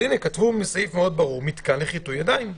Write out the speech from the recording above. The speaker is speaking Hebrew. אז כתוב: מתקן לחיטוי ידיים.